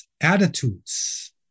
attitudes